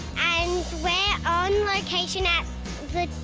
and we're on location at